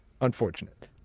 unfortunate